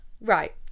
Right